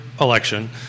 election